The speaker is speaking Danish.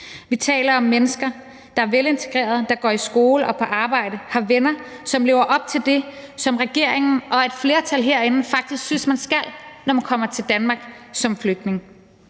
Vi taler om mennesker, der er velintegrerede, der går i skole og på arbejde, har venner, og som lever op til det, som regeringen og et flertal herinde faktisk synes man skal, når man kommer til Danmark som flygtning.